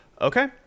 Okay